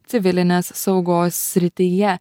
civilinės saugos srityje